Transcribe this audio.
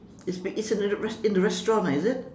it's been it's in the res~ in the restaurant ah is it